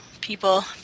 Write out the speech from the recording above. people